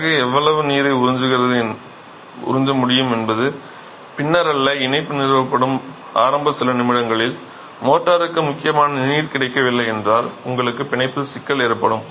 அலகு எவ்வளவு நீரை உறிஞ்ச முடியும் என்பது பின்னர் அல்ல இணைப்பு நிறுவப்படும் ஆரம்ப சில நிமிடங்களில் மோர்டருக்கு முக்கியமான நீர் கிடைக்கவில்லை என்றால் உங்களுக்கு பிணைப்பில் சிக்கல் ஏற்படும்